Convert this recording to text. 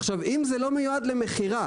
עכשיו אם זה לא מיועד למכירה,